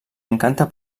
encanta